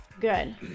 good